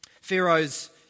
Pharaoh's